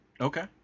Okay